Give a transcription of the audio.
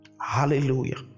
Hallelujah